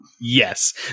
Yes